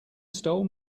stole